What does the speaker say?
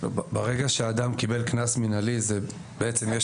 ברגע שאדם קיבל קנס מינהלי, בעצם יש